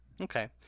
Okay